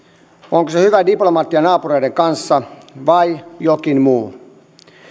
onko se se hyvä diplomatia naapureiden kanssa vai jokin muu